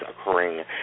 occurring